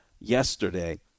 yesterday